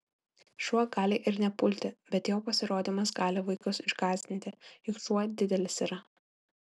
šuo gali ir nepulti bet jo pasirodymas gali vaikus išgąsdinti juk šuo didelis yra